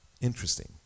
Interesting